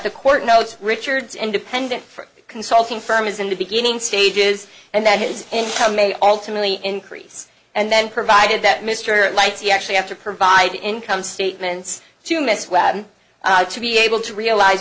the court notes richards independent for consulting firm is in the beginning stages and that his income may alternately increase and then provided that mr lighty actually have to provide income statements to miss webb to be able to realize